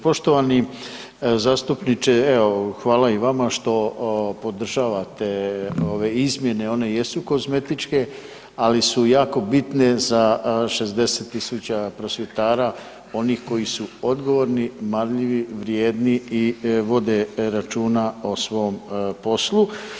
Poštovani zastupniče, evo, hvala i vama što podržavate ove izmjene, one jesu kozmetičke, ali su jako bitne za 60 tisuća prosvjetara, onih koji su odgovorni, marljivi, vrijedni i vode računa o svom poslu.